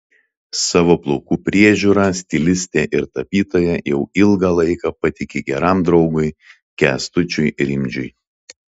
savo plaukų priežiūrą stilistė ir tapytoja jau ilgą laiką patiki geram draugui kęstučiui rimdžiui